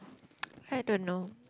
I don't know